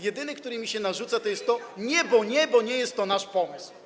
Jedyny, który mi się narzuca, to: nie, bo nie, bo nie jest to nasz pomysł.